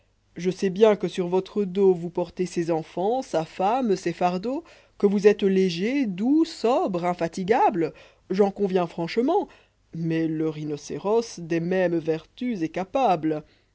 je sais bien que sur votre dos vous rx rtezeces enfants sa femme ses fardeaux que vousiêj es légeidqux spbre infatigable î'en conviens franchement mais le rhinocéros des mêmes vertus est capable